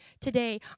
today